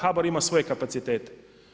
HBOR ima svoje kapacitete.